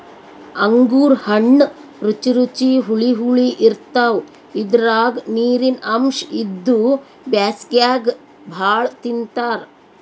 ಅಂಗೂರ್ ಹಣ್ಣ್ ರುಚಿ ರುಚಿ ಹುಳಿ ಹುಳಿ ಇರ್ತವ್ ಇದ್ರಾಗ್ ನೀರಿನ್ ಅಂಶ್ ಇದ್ದು ಬ್ಯಾಸ್ಗ್ಯಾಗ್ ಭಾಳ್ ತಿಂತಾರ್